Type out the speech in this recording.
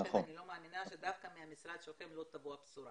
לכן אני לא מאמינה שדווקא מהמשרד שלכם לא תבוא הבשורה.